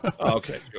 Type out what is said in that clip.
Okay